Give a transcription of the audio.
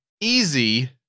easy